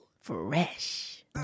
Fresh